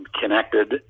connected